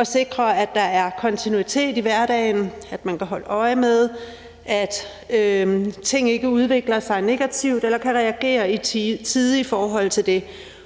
at sikre, at der er kontinuitet i hverdagen, at man kan holde øje med, at ting ikke udvikler sig negativt, eller kan reagere i tide i forhold til det.